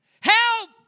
Help